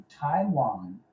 Taiwan